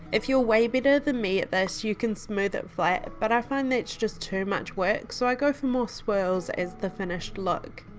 if your way better than me at this you can smooth it flat but i find thats just too much work so i go for more swirls as the finished look.